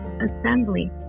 assembly